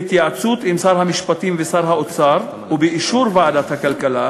בהתייעצות עם שר המשפטים ושר האוצר ובאישור ועדת הכלכלה,